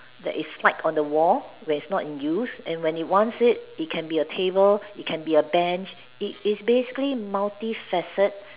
that is stuck on the wall where not in use and when it wants it it can be a table it can be a Bench it it is basically multifaceted